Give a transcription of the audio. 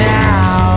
now